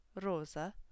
rosa